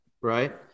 Right